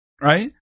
right